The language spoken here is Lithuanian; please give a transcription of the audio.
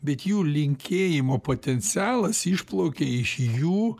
bet jų linkėjimo potencialas išplaukia iš jų